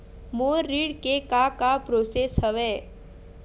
मोर ऋण के का का प्रोसेस हवय?